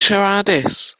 siaradus